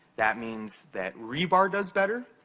that means that rebar does better.